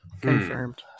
Confirmed